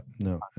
no